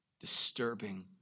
disturbing